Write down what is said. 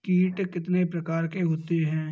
कीट कितने प्रकार के होते हैं?